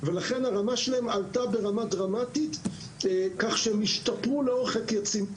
ולכן הרמה שלהם עלתה דרמטית כך שהם השתפרו לאורך הקייצים.